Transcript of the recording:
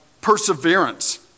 Perseverance